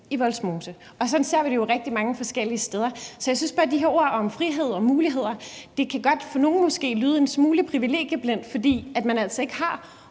i Vollsmose – og sådan er det jo rigtig mange forskellige steder. Så jeg synes bare, at de her ord om frihed og muligheder for nogle godt kan lyde en smule privilegieblindt, fordi man altså ikke har